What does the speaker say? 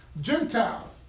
Gentiles